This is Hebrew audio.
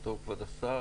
כבוד השר,